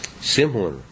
similar